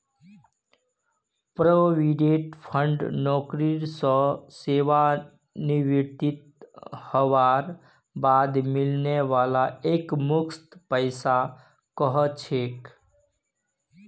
provident fund नौकरी स सेवानृवित हबार बाद मिलने वाला एकमुश्त पैसाक कह छेक